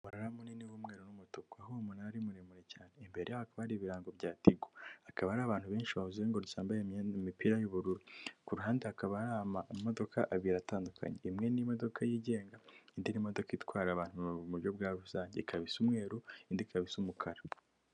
Umunara munini w' umweru n'umutuku. Aho uwo munara ari muremure cyane, imbere yawo hari ibirango bya tigo. Hakaba hari abantu benshi bawuzengurutse bambaye imipira y'ubururu. Ku ruhande hakaba hari amamodoka abiri atandukanye imwe ni imodoka yigenga indi modoka itwara abantu mu buryo bwa rusange. Ikaba isa umweru indi ikaba isa umukara.